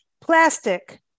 plastic